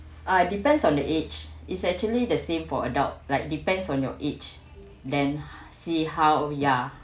uh depends on the age is actually the same for adult like depends on your age then see how ya